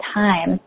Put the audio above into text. time